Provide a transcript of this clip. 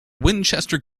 winchester